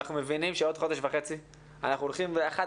אנחנו מבינים שבעוד חודש וחצי אנחנו הולכים לאחד